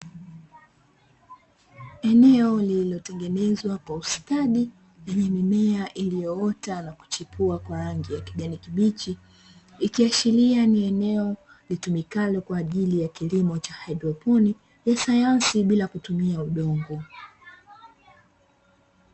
Eneo lililotengenezwa kwa ustadi, lenye mimea iliyoota na kuchipua kwa rangi ya kijani kibichi, ikiashiria ni eneo litumikalo kwa ajili ya kilimo cha haidroponi ya sayansi bila kutumia udongo.